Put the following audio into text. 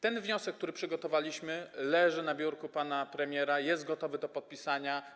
Ten wniosek, który przygotowaliśmy, leży na biurku pana premiera, jest gotowy do podpisania.